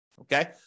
okay